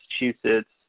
Massachusetts